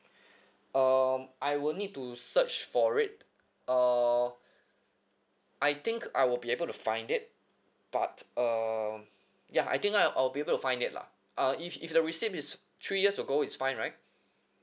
um I will need to search for it uh I think I will be able to find it but uh ya I think I I'll be able to find it lah uh if if the receipt is three years ago it's fine right